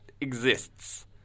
exists